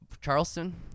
Charleston